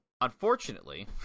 Unfortunately